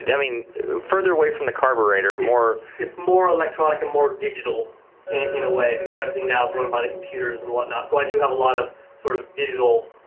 and i mean further away from the carburetor, more it's more electronic and more digital in a way because everything now is run by the computers and whatnot, so i do have a lot of sort of digital